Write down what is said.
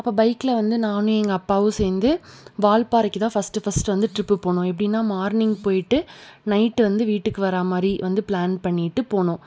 அப்போ பைகில் வந்து நானும் எங்கள் அப்பாவும் சேர்ந்து வால்பாறைக்கு தான் ஃபஸ்ட்டு ஃபஸ்ட்டு வந்து ட்ரிப்பு போனோம் எப்படின்னா மார்னிங் போயிட்டு நைட்டு வந்து வீட்டுக்கு வரா மாதிரி வந்து பிளான் பண்ணகிட்டு போனோம்